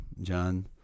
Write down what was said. John